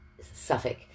Suffolk